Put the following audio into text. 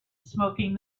smoking